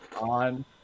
on